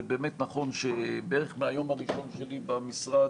זה באמת נכון שבערך מהיום הראשון שלי במשרד,